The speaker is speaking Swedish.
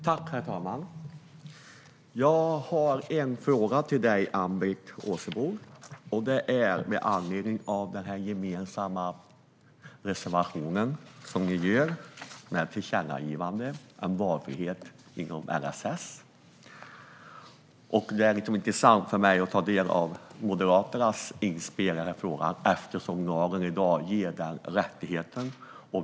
Herr talman! Jag har en fråga till dig, Ann-Britt Åsebol. Det är med anledning av den gemensamma reservationen med det tillkännagivande som ni gör och som handlar om valfrihet inom LSS. Det vore intressant för mig att få ta del av Moderaternas inspel i frågan, eftersom lagen i dag ger en sådan rättighet.